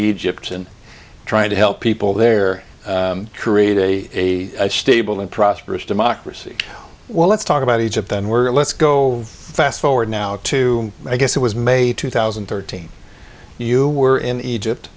egypt and trying to help people there create a stable and prosperous democracy well let's talk about egypt then were let's go fast forward now to i guess it was may two thousand and thirteen you were in egypt